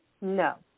No